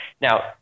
Now